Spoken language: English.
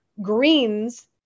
greens